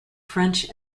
french